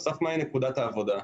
בסוף מהי נקודת העבודה?